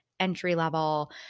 entry-level